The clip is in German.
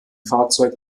fahrzeug